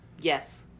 Yes